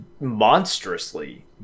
monstrously